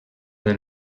del